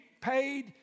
Paid